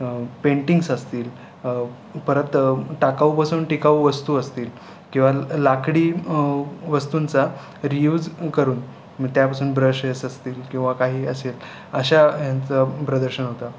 paintings असतील परत टाकाऊपासून टिकाऊ वस्तू असतील किंवा लाकडी वस्तूंचा रियुज करून मग त्यापासून ब्रशेस असतील किंवा काही असे अशा ह्यांचं प्रदर्शन होतं